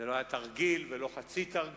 זה לא היה התרגיל, ולא חצי תרגיל.